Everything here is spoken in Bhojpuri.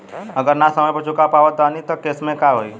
अगर ना समय पर चुका पावत बानी तब के केसमे का होई?